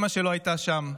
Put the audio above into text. אימא שלו הייתה שם.